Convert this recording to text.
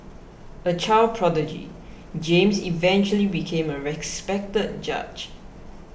a child prodigy James eventually became a respected judge